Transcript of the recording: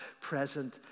present